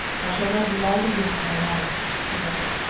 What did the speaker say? i shall love you all the years of my life, he wrote.